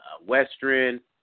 Western